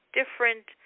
different